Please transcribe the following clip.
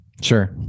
Sure